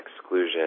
exclusion